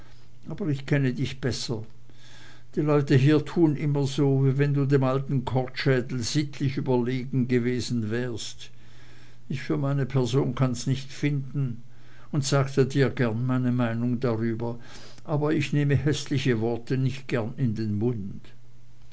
aber ich kenne dich besser die leute hier tun immer so wie wenn du dem alten kortschädel sittlich überlegen gewesen wärst ich für meine person kann's nicht finden und sagte dir gern meine meinung darüber aber ich nehme häßliche worte nicht gern in den mund